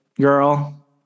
girl